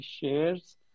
shares